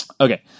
Okay